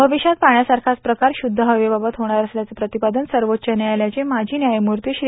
भविष्यात पाण्यासारखाच प्रकार शुद्ध हवेबाबत होणार असल्याचं प्रतिपादन सर्वोच्व न्यायालयाचे माजी व्यायमुर्ती श्री